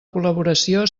col·laboració